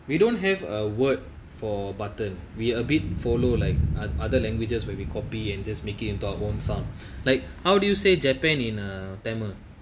we don't have a word for button we a bit follow like other languages will be copy and is making into our own sound like how do you say japan in uh tamil